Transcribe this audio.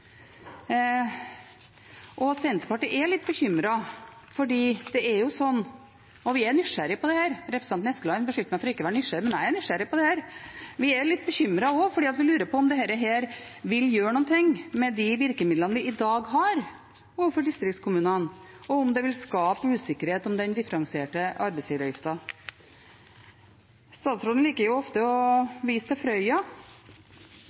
Senterpartiet er litt bekymret, og vi er nysgjerrige på dette – representanten Eskeland beskyldte meg for ikke å være nysgjerrig, men jeg er nysgjerrig på dette – for vi lurer på om dette vil gjøre noe med de virkemidlene vi i dag har overfor distriktskommunene, og om det vil skape usikkerhet om den differensierte arbeidsgiveravgiften. Statsråden liker ofte å vise til Frøya.